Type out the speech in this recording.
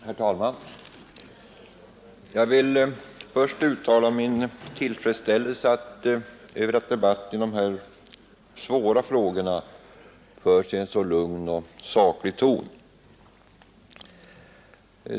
Herr talman! Jag vill först uttala min tillfredsställelse över att debatten i dessa svåra frågor förts i en så lugn och saklig ton.